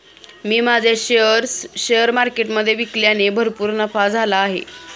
मी माझे shares share मार्केटमधे विकल्याने भरपूर नफा झाला आहे